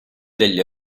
degli